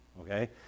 okay